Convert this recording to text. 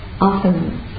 often